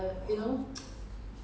why